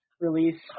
release